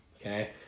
okay